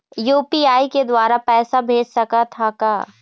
UPI के द्वारा पैसा भेज सकत ह का?